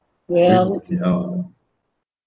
well